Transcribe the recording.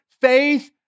faith